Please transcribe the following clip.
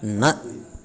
न